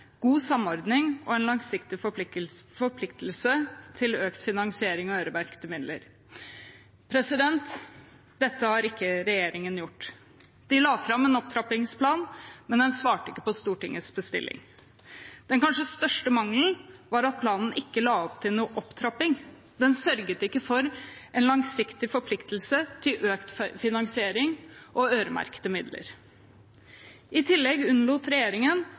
god samordning, samt en langsiktig forpliktelse til økt finansiering og øremerkede midler.» Dette har ikke regjeringen gjort. De la fram en opptrappingsplan, men den svarte ikke på Stortingets bestilling. Den kanskje største mangelen var at planen ikke la opp til noen opptrapping. Den sørget ikke for en langsiktig forpliktelse til økt finansiering og øremerkede midler. I tillegg unnlot regjeringen